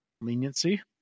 leniency